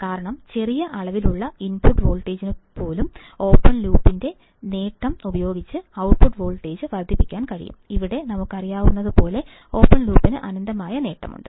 കാരണം ചെറിയ അളവിലുള്ള ഇൻപുട്ട് വോൾട്ടേജിനുപോലും ഓപ്പൺ ലൂപ്പ്ൻറെ നേട്ടം ഉപയോഗിച്ച് ഔട്ട്പുട്ട് വോൾട്ടേജ് വർധിപ്പിക്കാൻ കഴിയും ഇവിടെ നമുക്കറിയാവുന്നതുപോലെ ഓപ്പൺ ലൂപ്പിന് അനന്തമായ നേട്ടമുണ്ട്